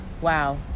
wow